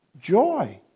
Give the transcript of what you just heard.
joy